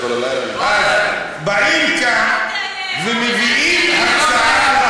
בכל תאונת דרכים יש השתתפות עצמית.